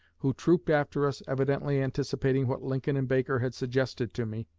who trooped after us evidently anticipating what lincoln and baker had suggested to me,